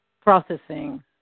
processing